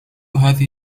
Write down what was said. هذه